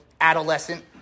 adolescent